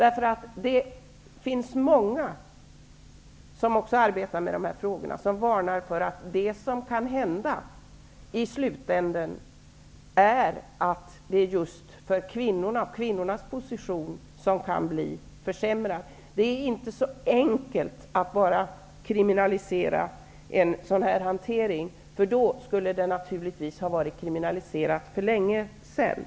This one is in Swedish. Många som arbetar med dessa frågor varnar för att kvinnornas position kan försämras i slutändan. Det är inte så enkelt att bara kriminalisera en sådan här hantering. I så fall skulle den naturligtvis ha varit kriminaliserad för länge sedan.